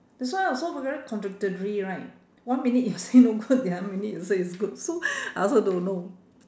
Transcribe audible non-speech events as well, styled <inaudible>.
that's why also very contradictory right one minute you say no good the other minute you say is good so <breath> I also don't know